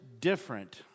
different